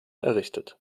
errichtet